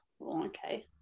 okay